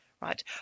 Right